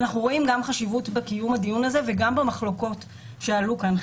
אנחנו רואים חשיבות בקיום הדיון הזה ובמחלוקות שעלו כאן.